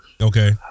Okay